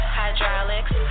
hydraulics